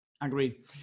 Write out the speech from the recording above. Agreed